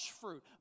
fruit